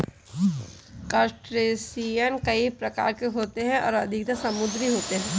crustacean कई प्रकार के होते हैं और अधिकतर समुद्री होते हैं